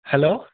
hello